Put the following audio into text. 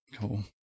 Cool